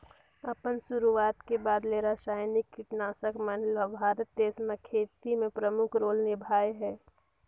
अपन शुरुआत के बाद ले रसायनिक कीटनाशक मन ल भारत देश म खेती में प्रमुख रोल निभाए हे